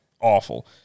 awful